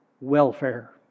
welfare